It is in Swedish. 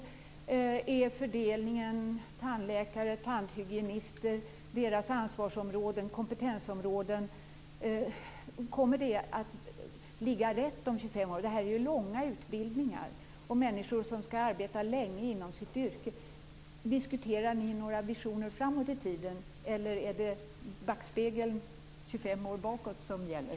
Hur skall fördelningen mellan tandläkare och tandhygienister se ut, och vilka ansvars och kompetensområden skall de ha? Kommer allt detta att ligga rätt om 25 år? Det handlar ju om långa utbildningar, och det är människor som skall arbeta länge inom sina yrken. Diskuterar ni några visioner framåt i tiden, eller är det backspegeln 25 år bakåt som gäller?